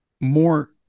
more